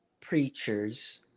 Preachers